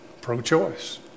pro-choice